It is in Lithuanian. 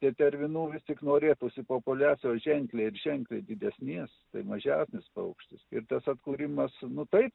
tetervinų vis tik norėtųsi populiacijos ženkliai ženkliai didesnės tai mažesnis paukštis ir tas atkūrimas nu taip